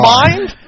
mind